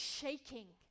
shaking